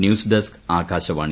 news desk Akashvani